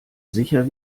sicher